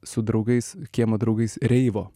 su draugais kiemo draugais reivo